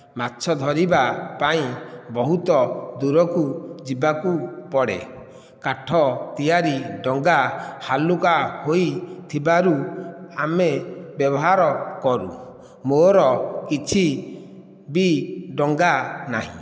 ମାଛ ଧରିବା ପାଇଁ ବହୁତ ଦୂରକୁ ଯିବାକୁ ପଡ଼େ କାଠ ତିଆରି ଡଙ୍ଗା ହାଲୁକା ହୋଇଥିବାରୁ ଆମେ ବ୍ୟବହାର କରୁ ମୋର କିଛି ବି ଡଙ୍ଗା ନାହିଁ